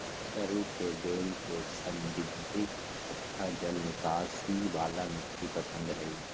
सरू के बेल के समृद्ध, अच्छा जल निकासी वाला मिट्टी पसंद हइ